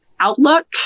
outlook